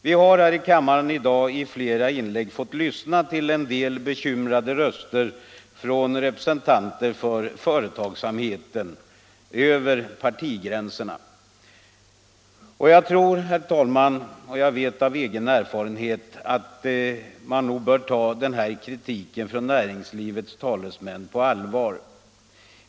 Vi har här i kammaren i dag i flera inlägg fått lyssna till en del bekymrade röster, tillhörande representanter för företagsamheten — över partigränserna. Jag vet av egen erfarenhet, herr talman, att man nog bör ta den kritiken från näringslivets talesmän på allvar.